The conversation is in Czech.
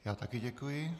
Já také děkuji.